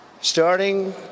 Starting